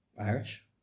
Irish